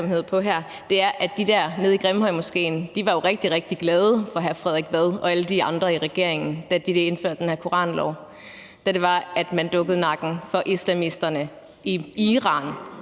er, at de dernede i Grimhøjmoskéen jo var rigtig, rigtig glade for hr. Frederik Vad og alle de andre i regeringen, da de indførte den her koranlov og man dukkede nakken for islamisterne i Iran,